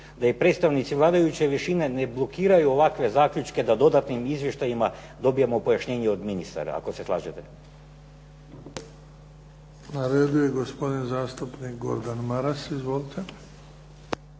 da i predstavnici vladajuće većine ne blokiraju ovakve zaključke da dodatnim izvještajima dobijamo pojašnjenje od ministara ako se slažete. **Bebić, Luka (HDZ)** Na redu je gospodin zastupnik Gordan Maras. Izvolite.